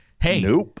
Hey